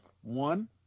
One